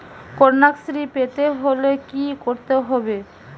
কন্যাশ্রী পেতে হলে কি করতে হবে?